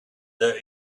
that